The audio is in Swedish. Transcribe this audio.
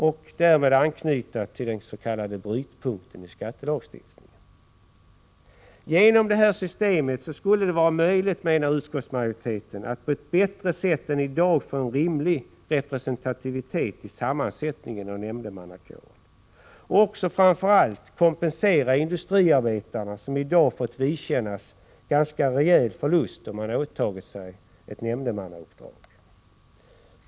och anknyter därmed till den s.k. brytpunkten i skattelagstiftningen. Genom det här systemet skulle det vara möjligt, menar utskottsmajoriteten, att på ett bättre sätt än i dag få en rimlig representativitet i sammansättningen av nämndemannakåren och också, framför allt, kompensera industriarbetarna som i dag får vidkännas en ganska rejäl förlust om de åtar sig ett nämndemannauppdrag.